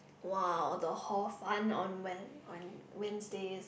!wow! the hor fun on Wed~ Wednesdays